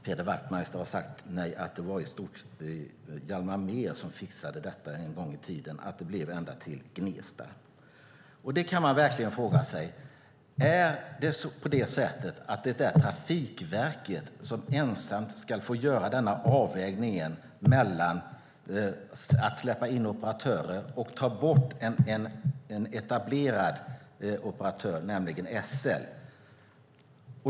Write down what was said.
Peder Wachtmeister har sagt till mig att det var Hjalmar Mehr som en gång i tiden såg till att tåget skulle gå ända till Gnesta. Man kan fråga sig om det verkligen är Trafikverket som ensamt ska få göra avvägningen mellan att släppa in operatörer och ta bort en etablerad operatör, nämligen SL.